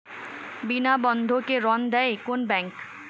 বিনা বন্ধকে ঋণ দেয় কোন ব্যাংক?